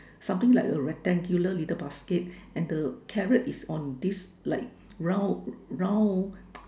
something like a rectangular little basket and the carrot is on this like round round